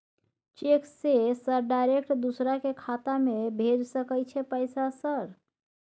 Cheque से sir direct दूसरा के खाता में भेज सके छै पैसा सर?